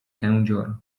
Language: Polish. kędzior